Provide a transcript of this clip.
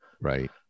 right